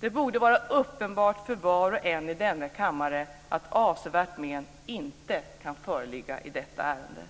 Det borde vara uppenbart för var och en i denna kammare att avsevärt men inte kan föreligga i detta ärende.